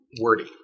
wordy